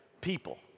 people